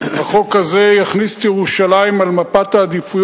החוק הזה יכניס את ירושלים למפת העדיפות